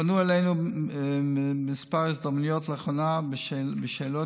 פנו אלינו בכמה הזדמנויות לאחרונה בשאלות